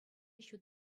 ҫут